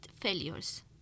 failures